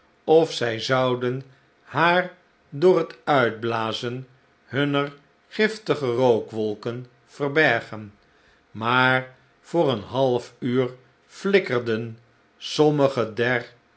of zij zouden haar door het uitblazen hunner giftige rookwolken verbergen maar voor een half uur flikkerden sommige der